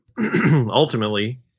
ultimately